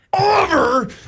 over